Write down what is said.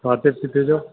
खाधे पीते जो